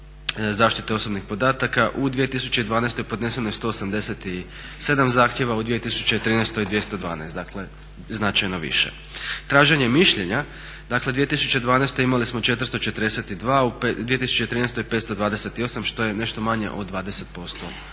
zaštite osobnih podataka u 2012. podneseno je 187 zahtjeva, u 2013. godini 212, dakle značajno više. Traženje mišljenja dakle 2012. imali smo 442, u 2013. godini 528 što je nešto manje od 20%